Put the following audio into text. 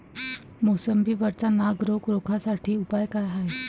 मोसंबी वरचा नाग रोग रोखा साठी उपाव का हाये?